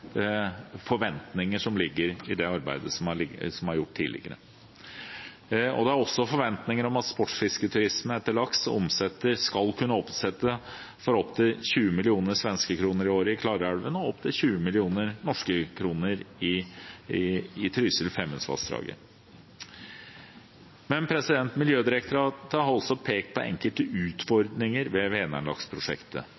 forventninger som ligger i det arbeidet som er gjort tidligere. Det er også forventninger om at sportsfisketurisme etter laks skal kunne omsette for opptil 20 mill. svenske kroner i året i Klarälven og opptil 20 mill. norske kroner i Trysil- og Femundvassdraget. Men Miljødirektoratet har også pekt på enkelte